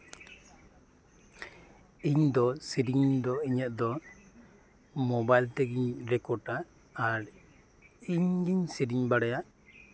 ᱤᱧ ᱫᱚ ᱥᱮᱨᱮᱧ ᱫᱚ ᱤᱧᱟᱹᱜ ᱫᱚ ᱢᱳᱵᱟᱭᱤᱞ ᱛᱮᱜᱤᱧ ᱨᱮᱠᱚᱨᱰᱟ ᱟᱨ ᱤᱧ ᱜᱤᱧ ᱥᱮᱨᱮᱧ ᱵᱟᱲᱟᱭᱟ